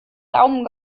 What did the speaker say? daumen